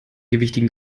gewichtigen